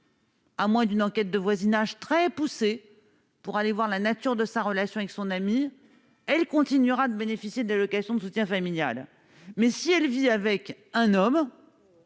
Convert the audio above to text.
à moins d'une enquête de voisinage très poussée pour aller voir la nature de sa relation avec son ami, elle continuera de bénéficier de l'allocation de soutien familial, mais si elle vit avec un homme.